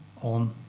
on